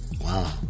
Wow